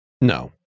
No